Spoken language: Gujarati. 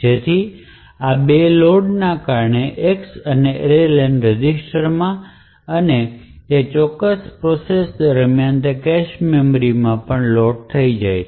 જેથી આ 2 લોડ ના કારણે X અને array len રજિસ્ટરમાં અને તે ચોક્કસ પ્રોસેસ દરમ્યાન તે કેશ મેમરી માં પણ લોડ થઈ જાય છે